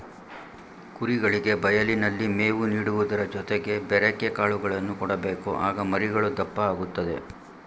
ಕುರಿಗಳಿಗೆ ಬಯಲಿನಲ್ಲಿ ಮೇವು ನೀಡುವುದರ ಜೊತೆಗೆ ಬೆರೆಕೆ ಕಾಳುಗಳನ್ನು ಕೊಡಬೇಕು ಆಗ ಮರಿಗಳು ದಪ್ಪ ಆಗುತ್ತದೆ